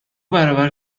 برابر